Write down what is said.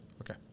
Okay